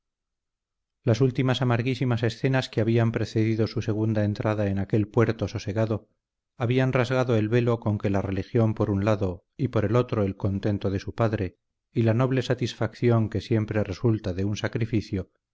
las últimas amarguísimas escenas que habían precedido su segunda entrada en aquel puerto sosegado habían rasgado el velo con que la religión por un lado y por el otro el contento de su padre y la noble satisfacción que siempre resulta de un sacrificio